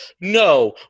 no